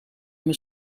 mijn